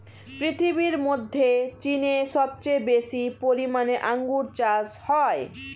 পৃথিবীর মধ্যে চীনে সবচেয়ে বেশি পরিমাণে আঙ্গুর চাষ হয়